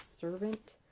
servant